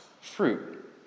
fruit